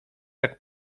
jak